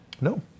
No